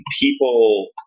people